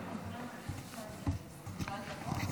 היושב-ראש,